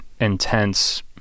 intense